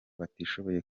batishoboye